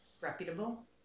reputable